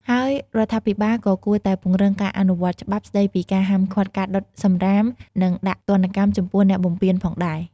ហើយរដ្ឋាភិបាលក៏គួរតែពង្រឹងការអនុវត្តច្បាប់ស្តីពីការហាមឃាត់ការដុតសំរាម និងដាក់ទោសទណ្ឌចំពោះអ្នកបំពានផងដែរ។